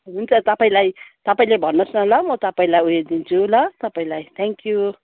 हुन्छ तपाईँलाई तपाईँले भन्नु होस् न ल म तपाईँलाई उयो दिन्छु ल तपाईँलाई थ्याङ्क यु